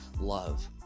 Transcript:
love